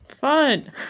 Fun